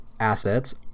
assets